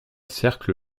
cercle